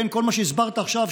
כל מה שהסברת עכשיו,